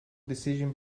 decision